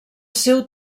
seu